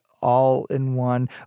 all-in-one